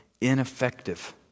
ineffective